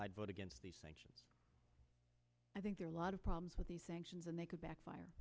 i'd vote against these sanctions i think there are a lot of problems with these sanctions and they could backfire